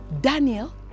Daniel